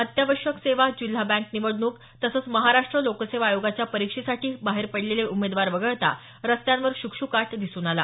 अत्यावश्यक सेवा जिल्हा बँक निवडणूक तसंच महाराष्ट्र लोकसेवा आयोगाच्या परीक्षेसाठी बाहेर पडलेले उमेदवार वगळता रस्त्यांवर शुकशुकाट दिसून आला